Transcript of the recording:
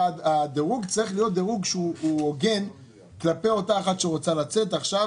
הדירוג צריך להיות דירוג שהוא הוגן כלפי אותה אחת שרוצה לצאת עכשיו.